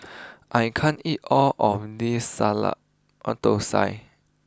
I can't eat all of this Dosa